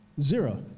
Zero